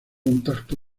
contacto